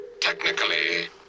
technically